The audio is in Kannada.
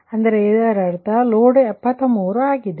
ಅಂದರೆ ಇದರರ್ಥ ಒಟ್ಟು ಲೋಡ್ 73 ಆಗಿದೆ